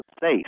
safe